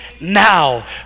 now